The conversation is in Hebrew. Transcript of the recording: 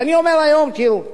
ואני אומר היום: תראו,